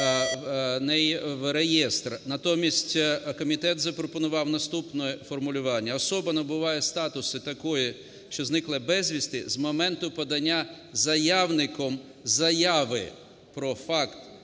Натомість комітет запропонував наступне формулювання: "особа набуває статусу такої, що зникла безвісти, з моменту подання заявником заяви про факт